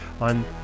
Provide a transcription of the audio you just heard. on